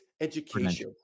education